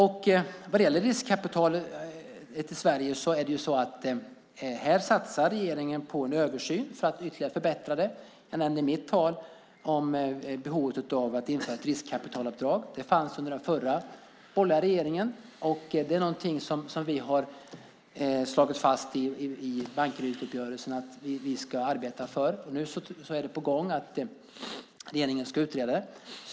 Vad gäller riskkapitalet i Sverige satsar regeringen på en översyn för att ytterligare förbättra det. Jag nämnde i mitt anförande behovet av att införa ett riskkapitalavdrag. Det fanns under den förra borgerliga regeringen. Det är något som vi har slagit fast i Bankerydsuppgörelsen att vi ska arbeta för. Nu är det på gång att regeringen ska utreda det.